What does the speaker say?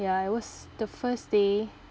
ya it was the first day